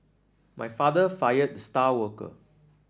my father fired the star worker